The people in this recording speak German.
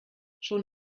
schon